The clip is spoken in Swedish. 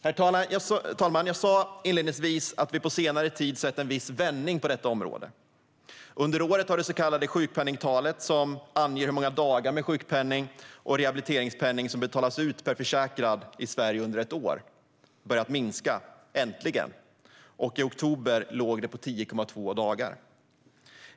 Herr talman! Jag sa inledningsvis att vi på senare tid har sett en viss vändning på området. Under året har det så kallade sjukpenningtalet äntligen börjat minska. Sjukpenningtalet anger hur många dagar med sjukpenning och rehabiliteringspenning som betalas ut per försäkrad i Sverige under ett år. Under oktober låg det på 10,2 dagar.